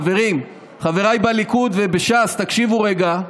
חברים, חבריי בליכוד ובש"ס, תקשיבו רגע.